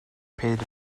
paid